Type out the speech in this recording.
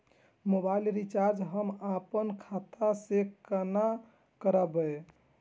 Mobile recharge हम आपन खाता से कोना करबै?